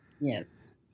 Yes